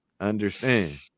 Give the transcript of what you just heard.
understand